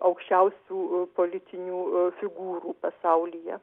aukščiausių politinių figūrų pasaulyje